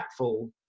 impactful